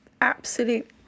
absolute